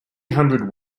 hundred